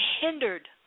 hindered